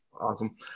Awesome